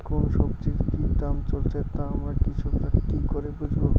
কোন সব্জির কি দাম চলছে তা আমরা কৃষক রা কি করে বুঝবো?